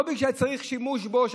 לא בגלל שצריך להשתמש בו,